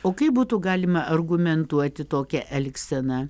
o kaip būtų galima argumentuoti tokią elgseną